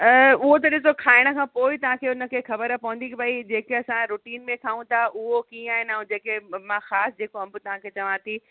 उहो त ॾिसो खाइण खां पोइ ई तव्हांखे हुनखे ख़बर पवंदी कि भई जेके असां रुटीन में खाऊं था उहो कीअं आहिनि ऐं जेके मां ख़ासि जेको अंब तव्हांखे चवां थी